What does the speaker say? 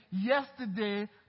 yesterday